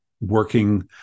working